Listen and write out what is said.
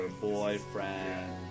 boyfriend